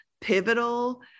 pivotal